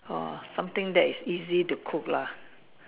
oh something that is easy to cook lah